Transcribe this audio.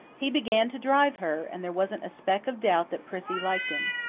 he began to drive her, and there wasn't a speck of doubt that prissy liked him.